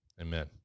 amen